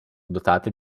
dotate